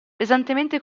pesantemente